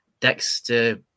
Dexter